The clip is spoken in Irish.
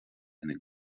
ina